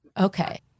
Okay